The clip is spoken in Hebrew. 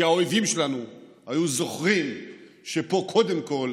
שהאויבים שלנו היו זוכרים שפה קודם כול